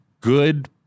good